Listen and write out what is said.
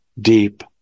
deep